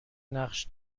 نقش